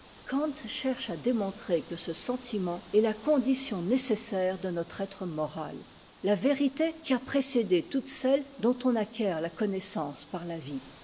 cherche à démontrer que ce sentiment est la condition nécessaire de notre être moral la vérité qui a précédé toutes celles dont on acquiert la connaissance par la vie